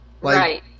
Right